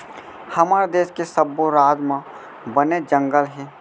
हमर देस के सब्बो राज म बनेच जंगल हे